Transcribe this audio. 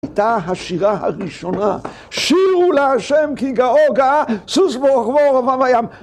הייתה השירה הראשונה שירו להשם כי גאו גאה סוס ורכבו רמה בים